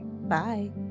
Bye